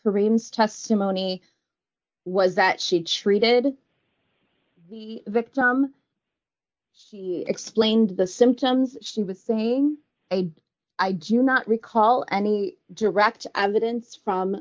dreams testimony was that she treated the victim explained the symptoms she was saying i do not recall any direct evidence from